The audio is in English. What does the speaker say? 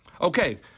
Okay